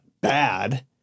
bad